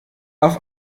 auf